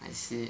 I see